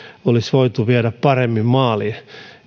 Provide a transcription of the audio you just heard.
olisi voitu viedä paremmin maaliin